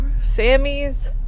Sammy's